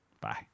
Bye